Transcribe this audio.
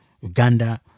Uganda